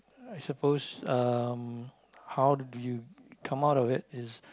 I suppose um how do you come out of it is